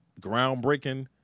groundbreaking